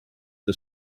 the